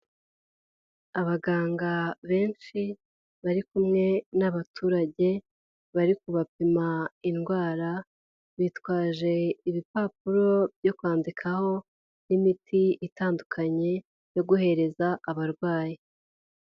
Abaganga benshi bari kumwe n'abaturage bari kubapima indwara bitwaje ibipapuro byo kwandikaho n'imiti itandukanye yo guhereza abarwayi.